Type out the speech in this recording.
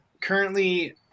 currently